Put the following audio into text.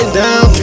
down